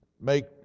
make